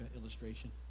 illustration